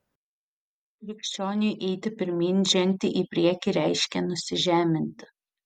krikščioniui eiti pirmyn žengti į priekį reiškia nusižeminti